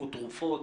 או תרופות,